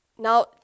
now